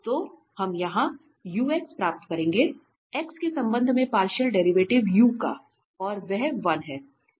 तो हम यहाँ प्राप्त करेंगे x के संबंध में पार्शियल डेरिवेटिव u का और वह 1 है